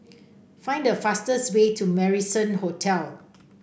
find the fastest way to Marrison Hotel